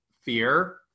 fear